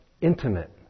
intimate